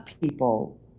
people